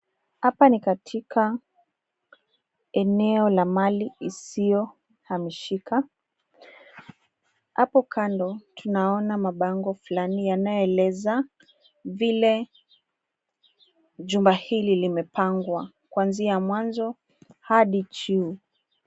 Hapa ni katika eneo la mali isiyohamishika. Hapo kando tunaona mabango fulani yanayoeleza vile jumba hili limepangwa kuanzia mwanzo hadi juu.